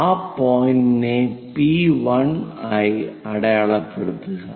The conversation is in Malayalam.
ആ പോയിന്റിനെ P1 ആയി അടയാളപ്പെടുത്തുക